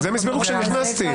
האם היא עומדת בכל התנאים.